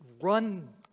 run